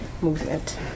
movement